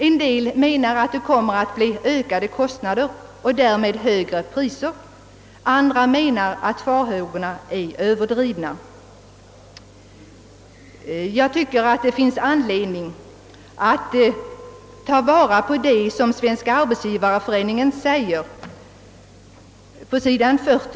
En del anser att konsekvensen kommer att bli ökade kostnader och därmed högre priser, medan andra menar att dessa farhågor är överdrivna. Jag tycker att det finns anledning att beakta Ivad Svenska arbetsgivareföreningen uttalat på denna punkt.